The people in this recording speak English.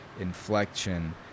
inflection